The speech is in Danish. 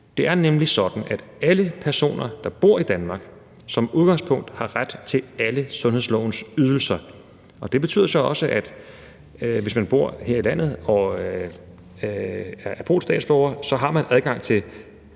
Det er memlig sådan, at alle personer, der bor i Danmark, som udgangspunkt har ret til alle sundhedslovens ydelser. Det betyder så også, at man, hvis man bor her i landet og er polsk statsborger, har adgang til